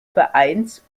vereins